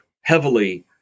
heavily